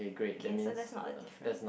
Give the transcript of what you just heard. K so that's not a different